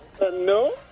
No